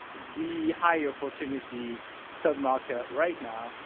the high opportunity sub market right now,